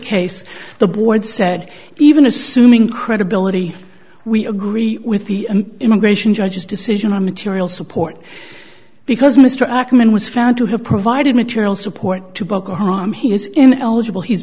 case the board said even assuming credibility we agree with the immigration judge's decision on material support because mr ackerman was found to have provided material support to boko haram he is in eligible he's